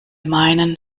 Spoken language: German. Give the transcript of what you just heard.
meinen